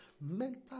mental